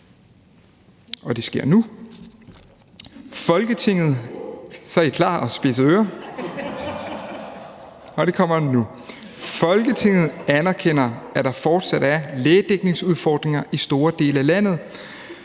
»Folketinget anerkender, at der fortsat er lægedækningsudfordringer i store dele af landet,